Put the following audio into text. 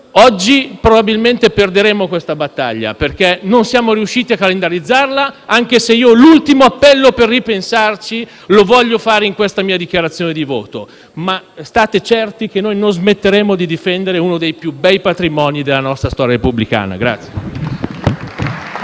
Oggi probabilmente perderemo questa battaglia, perché non siamo riusciti a calendarizzare le mozioni, anche se l'ultimo appello per ripensarci lo voglio fare in questo mio intervento. State certi che non smetteremo di difendere uno dei più bei patrimoni della nostra storia repubblicana.